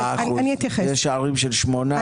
יש ערים של 8%,